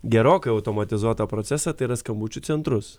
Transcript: gerokai automatizuotą procesą tai yra skambučių centrus